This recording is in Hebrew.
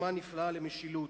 דוגמה נפלאה למשילות.